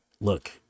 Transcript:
look